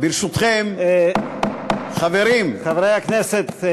חברי הכנסת,